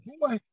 boy